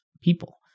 people